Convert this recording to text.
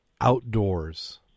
outdoors